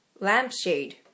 Lampshade